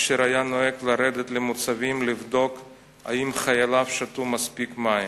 אשר היה נוהג לרדת למוצבים לבדוק אם חייליו שתו מספיק מים.